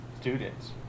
students